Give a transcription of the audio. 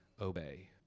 obey